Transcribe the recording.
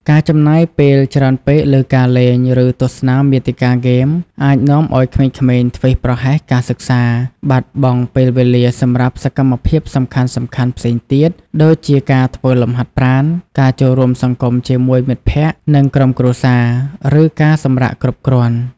ការចំណាយពេលច្រើនពេកលើការលេង ឬទស្សនាមាតិកាហ្គេម អាចនាំឱ្យក្មេងៗធ្វេសប្រហែសការសិក្សា បាត់បង់ពេលវេលាសម្រាប់សកម្មភាពសំខាន់ៗផ្សេងទៀត ដូចជាការធ្វើលំហាត់ប្រាណ ការចូលរួមសង្គមជាមួយមិត្តភក្តិ និងក្រុមគ្រួសារ ឬការសម្រាកគ្រប់គ្រាន់។